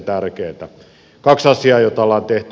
kaksi asiaa joita ollaan tehty